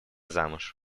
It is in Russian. замуж